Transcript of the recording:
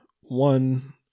one